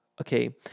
okay